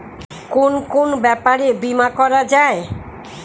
কুন কুন ব্যাপারে বীমা করা যায়?